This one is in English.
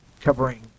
covering